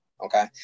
Okay